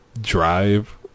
drive